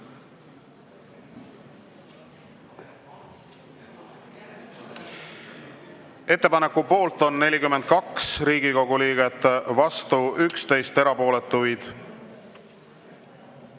Ettepaneku poolt on 42 Riigikogu liiget, vastu 11 ja erapooletuid